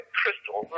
crystal